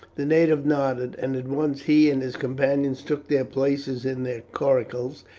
the native nodded, and at once he and his companions took their places in their coracles,